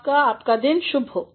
आपका दिन शुभ हो